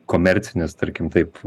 komercines tarkim taip